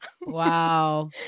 Wow